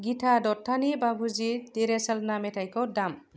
गिता दत्ता'नि बाबुजि दिरे चलना मेथायखौ दाम